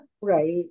right